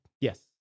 yes